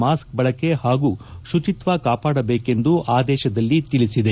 mask ಬಳಕೆ ಹಾಗೂ ಶುಜಿತ್ವ ಕಾಪಾಡಬೇಕೆಂದು ಆದೇಶದಲ್ಲಿ ತಿಳಿಸಿದೆ